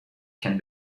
can